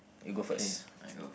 you go first